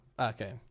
okay